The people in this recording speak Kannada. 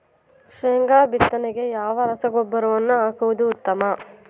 ಶೇಂಗಾ ಬಿತ್ತನೆಗೆ ಯಾವ ರಸಗೊಬ್ಬರವನ್ನು ಹಾಕುವುದು ಉತ್ತಮ?